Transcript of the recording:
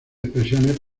expresiones